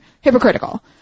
hypocritical